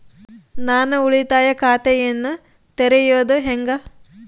ನಾನು ಉಳಿತಾಯ ಖಾತೆಯನ್ನ ತೆರೆಯೋದು ಹೆಂಗ?